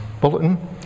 bulletin